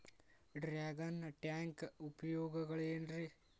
Dragon tank ಉಪಯೋಗಗಳೆನ್ರಿ?